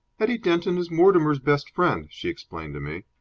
eddie denton is mortimer's best friend, she explained to me.